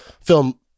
film